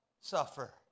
suffer